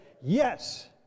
yes